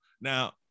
Now